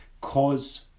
cause